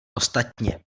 ostatně